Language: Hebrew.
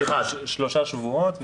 שלושה שבועות.